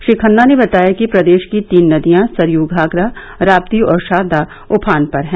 श्री खन्ना ने बताया कि प्रदेश की तीन नदिया सरयु घाघरा राप्ती और शारदा उफान पर हैं